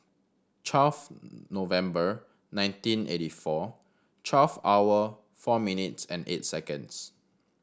twelve November nineteen eighty four twelve hour four minutes and eight seconds